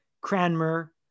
Cranmer